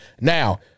Now